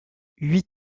huit